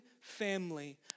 family